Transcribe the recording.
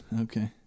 Okay